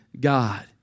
God